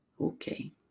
Okay